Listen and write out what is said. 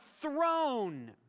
throne